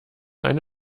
eine